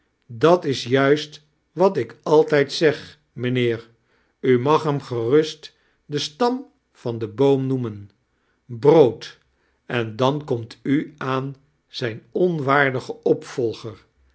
dat is juist wat ik altijd zeg mijnheer u mag hem gerusfc den stam van den boom noemen brood en dan brant u aan zijn onwaardigen opvolger